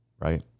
right